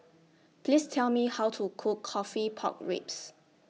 Please Tell Me How to Cook Coffee Pork Ribs